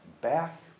back